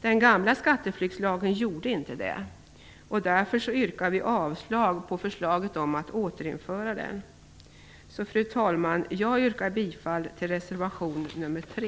Den gamla skatteflyktslagen gjorde inte det, och därför yrkar vi avslag på förslaget att nu återinföra den. Fru talman! Jag yrkar bifall till reservation nr 3.